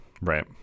right